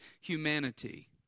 humanity